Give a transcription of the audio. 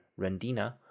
Rendina